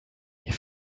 est